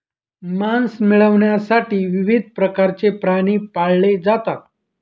मांस मिळविण्यासाठी विविध प्रकारचे प्राणी पाळले जातात